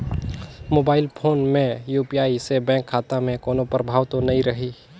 Mobile phone मे UPI से bank खाता मे कोनो प्रभाव तो नइ रही?